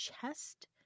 chest